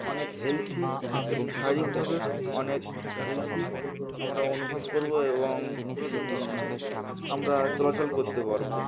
অনেক হেলথি এবং শারীরিকভাবে অনেক হেলথি আমরা অনুভব করবো এবং আমরা চলাচল করতে পারবো